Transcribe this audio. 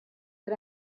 but